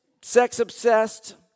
sex-obsessed